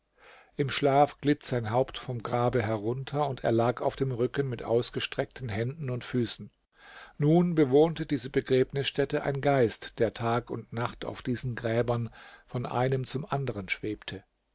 im schlaf glitt sein haupt vom grabe herunter und er lag auf dem rücken mit ausgestreckten händen und füßen nun bewohnte diese begräbnisstätte ein geist der tag und nacht auf diesen gräbern von einem zum anderen schwebte